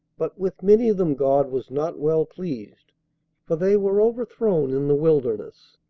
but with many of them god was not well pleased for they were overthrown in the wilderness.